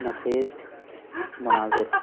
نفیس مناظر